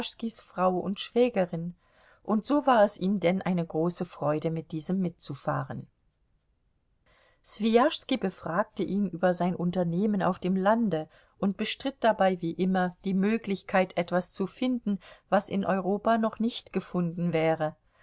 frau und schwägerin und so war es ihm denn eine große freude mit diesem mitzufahren swijaschski befragte ihn über sein unternehmen auf dem lande und bestritt dabei wie immer die möglichkeit etwas zu finden was in europa noch nicht gefunden wäre